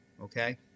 okay